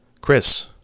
Chris